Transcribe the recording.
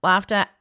laughter